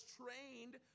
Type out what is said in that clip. trained